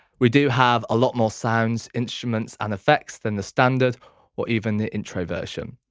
we do have a lot more sounds, instruments and effects than the standard or even the intro version.